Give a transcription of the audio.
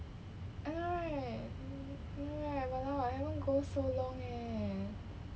I know right I know right !walao! I haven't go so long leh